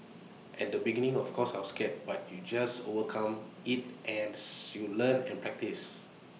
at the beginning of course I was scared but you just overcome IT as you learn and practice